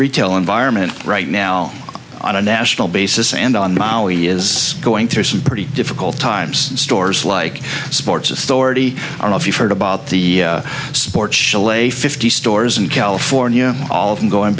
retail environment right now on a national basis and on maui is going through some pretty difficult times stores like sports authority all of you heard about the sports chalet fifty stores in california all of them going